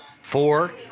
four